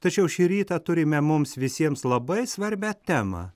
tačiau šį rytą turime mums visiems labai svarbią temą